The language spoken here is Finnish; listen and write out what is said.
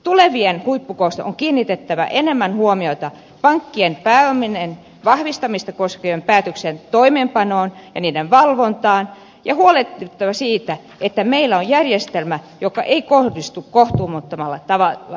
tulevien huippukokouksien on kiinnitettävä enemmän huomiota pankkien pääomien vahvistamista koskevien päätösten toimeenpanoon ja niiden valvontaan ja huolehdittava siitä että meillä on järjestelmä joka ei kohdistu kohtuuttomalla tavalla veronmaksajiin